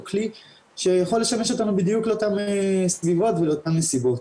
הוא כלי שיכול לשמש אותנו בדיוק לאותן סביבות ולאותן נסיבות.